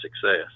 success